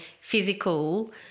physical